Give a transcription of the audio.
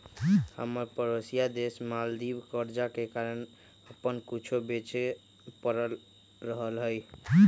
हमर परोसिया देश मालदीव कर्जा के कारण अप्पन कुछो बेचे पड़ रहल हइ